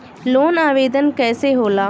Loan आवेदन कैसे होला?